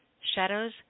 Shadows